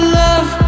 love